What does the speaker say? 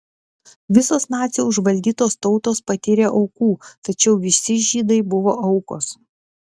visos nacių užvaldytos tautos patyrė aukų tačiau visi žydai buvo aukos